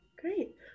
Great